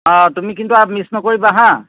অঁ তুমি কিন্তু আও মিছ নকৰিবা হা